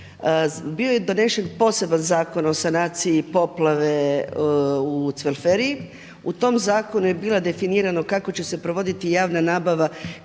Bio je donesen poseban Zakon o sanaciji poplave u Cvelferiji. U tom zakonu je bilo definirano kako će se provoditi javna nabava kada